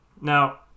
Now